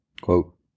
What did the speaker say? Quote